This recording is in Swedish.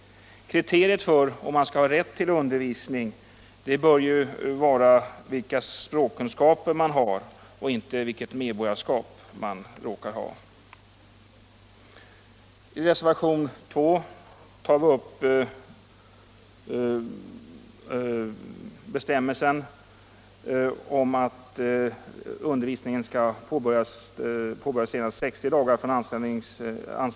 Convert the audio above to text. svenskundervisning Kriteriet för om det skall föreligga rätt till språkundervisning bör vara — för invandrare de språkkunskaper invandrarna har och inte vilket medborgarskap de råkar ha. | I reservationen 2 tar vi upp bestämmelsen att undervisningen skall påbörjas senast 60 dagar efter anställningen.